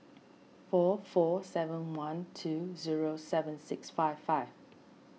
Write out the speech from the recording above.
four four seven one two zero seven six five five